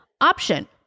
option